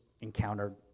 encountered